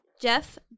Jeff